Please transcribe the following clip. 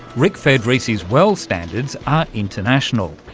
rick fedrizzi's well standards are international,